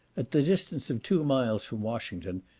at the distance of two miles from washington,